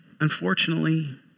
unfortunately